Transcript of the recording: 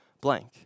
blank